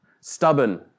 stubborn